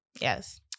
Yes